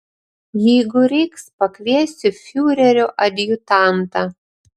jeigu reiks pakviesiu fiurerio adjutantą